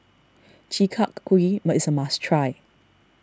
Chi Kak Kuih is a must try